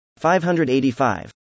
585